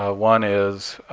ah one is